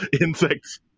insects